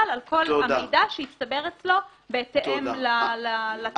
על כל המידע שהצטבר אצלו בהתאם לתקנות.